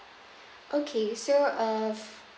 okay so uh